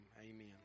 amen